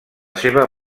seva